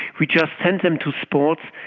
we just send them to sports,